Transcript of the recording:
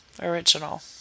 Original